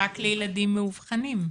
ירוק?